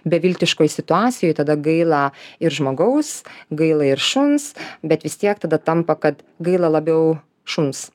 beviltiškoj situacijoj tada gaila ir žmogaus gaila ir šuns bet vis tiek tada tampa kad gaila labiau šuns